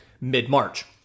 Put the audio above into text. mid-March